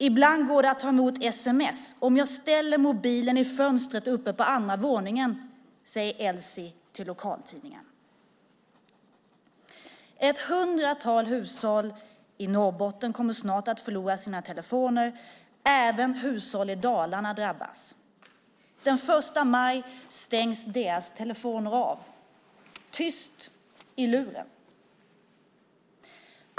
Ibland går det att ta emot sms om jag ställer mobilen i fönstret uppe på andra våningen, säger Elsie till lokaltidningen. Ett hundratal hushåll i Norrbotten kommer snart att förlora sina telefoner. Även hushåll i Dalarna drabbas. Den 1 maj stängs deras telefoner av. Det blir tyst i luren.